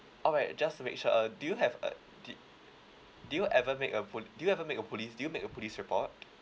alright just to make sure uh do you have uh do do you ever make a pol~ do you have a make a police do you make a police report